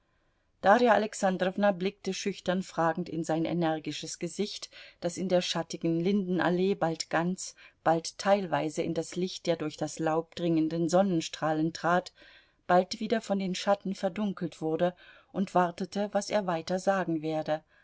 darja alexandrowna blickte schüchtern fragend in sein energisches gesicht das in der schattigen lindenallee bald ganz bald teilweise in das licht der durch das laub dringenden sonnenstrahlen trat bald wieder von den schatten verdunkelt wurde und wartete was er weiter sagen werde